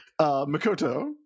Makoto